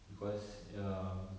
because ya